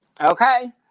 Okay